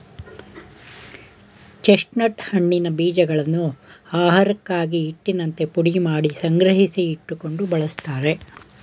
chestnut ಹಣ್ಣಿನ ಬೀಜಗಳನ್ನು ಆಹಾರಕ್ಕಾಗಿ, ಹಿಟ್ಟಿನಂತೆ ಪುಡಿಮಾಡಿ ಸಂಗ್ರಹಿಸಿ ಇಟ್ಟುಕೊಂಡು ಬಳ್ಸತ್ತರೆ